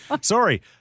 Sorry